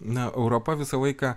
na europa visą laiką